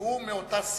כי הוא מאותה סיעה.